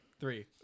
Three